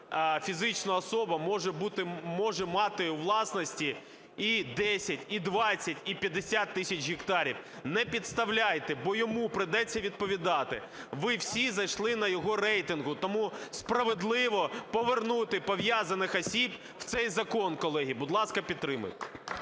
фізична особа може мати у власності і 10, і 20, і 50 тисяч гектарів. Не підставляйте, бо йому прийдеться відповідати. Ви всі зайшли на його рейтингу. Тому справедливо повернути пов'язаних осіб в цей закон, колеги. Будь ласка, підтримайте.